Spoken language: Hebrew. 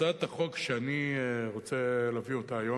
הצעת החוק שאני רוצה להביא היום,